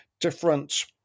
different